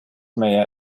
mayor